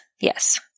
Yes